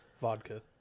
vodka